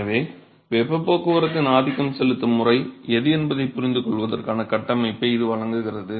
எனவே வெப்பப் போக்குவரத்தின் ஆதிக்கம் செலுத்தும் முறை எது என்பதைப் புரிந்துகொள்வதற்கான கட்டமைப்பை இது வழங்குகிறது